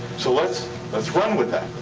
so let's let's run with that.